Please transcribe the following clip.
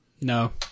No